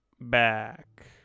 back